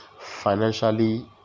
financially